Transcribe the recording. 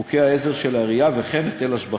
חוק העזר של העירייה וכן היטל השבחה.